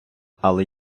але